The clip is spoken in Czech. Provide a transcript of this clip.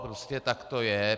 Prostě tak to je.